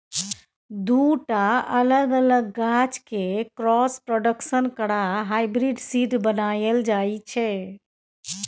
दु टा अलग अलग गाछ केँ क्रॉस प्रोडक्शन करा हाइब्रिड सीड बनाएल जाइ छै